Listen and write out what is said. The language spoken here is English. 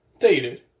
Dated